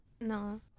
No